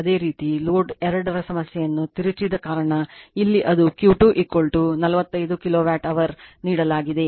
ಅದೇ ರೀತಿ ಲೋಡ್ 2 ಸಮಸ್ಯೆಯನ್ನು ತಿರುಚಿದ ಕಾರಣ ಇಲ್ಲಿ ಅದು q 2 45 kVAr ನೀಡಲಾಗಿದೆ